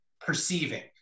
perceiving